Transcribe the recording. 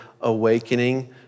awakening